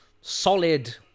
solid